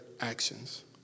actions